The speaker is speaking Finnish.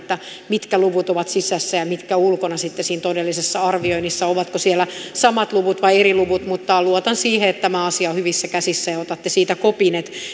mitkä luvut ovat sisässä ja mitkä ulkona siinä todellisessa arvioinnissa ovatko siellä samat luvut vai eri luvut mutta luotan siihen että tämä asia on hyvissä käsissä ja otatte siitä kopin että